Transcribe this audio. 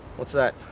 what's that?